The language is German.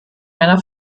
meiner